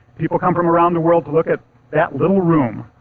people come from around the world to look at that little room.